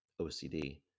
OCD